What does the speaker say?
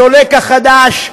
הסולק החדש,